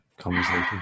Conversation